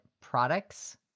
products